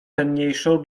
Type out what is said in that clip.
cenniejszą